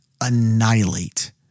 annihilate